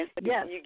yes